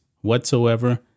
whatsoever